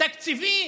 תקציבי?